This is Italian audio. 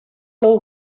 non